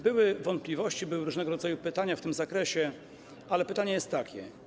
Były wątpliwości, były różnego rodzaju pytania w tym zakresie, ale pytanie jest takie.